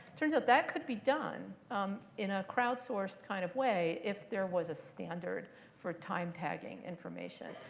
turns out that could be done in a crowdsourced kind of way if there was a standard for time tagging information.